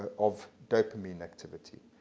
of dopamine activity.